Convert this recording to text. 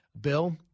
Bill